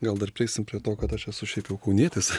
gal dar prieisim prie to kad aš esu šiaip jau kaunietis